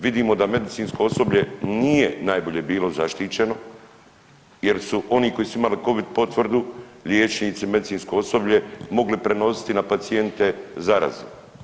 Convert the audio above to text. Vidimo da medicinsko osoblje nije najbolje bilo zaštićeno jer su oni koji su imali Covid potvrdu, liječnici, medicinsko osoblje mogli prenositi na pacijente zarazu.